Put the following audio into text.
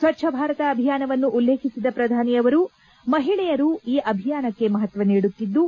ಸ್ಟಚ್ಚ ಭಾರತ ಅಭಿಯಾನವನ್ನು ಉಲ್ಲೇಖಿಸಿದ ಪ್ರಧಾನಿ ಅವರು ಮಹಿಳೆಯರು ಈ ಅಭಿಯಾನಕ್ಕೆ ಮಹತ್ವ ನೀಡುತ್ತಿದ್ದು